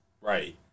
Right